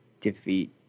defeat